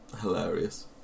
Hilarious